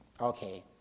okay